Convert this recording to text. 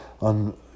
on